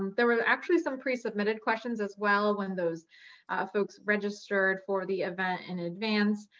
there were actually some pre-submitted questions as well when those folks registered for the event in advance.